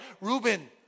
Reuben